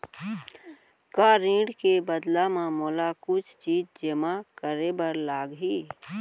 का ऋण के बदला म मोला कुछ चीज जेमा करे बर लागही?